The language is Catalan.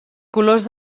colors